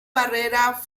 barrera